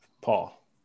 Paul